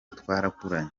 twarakuranye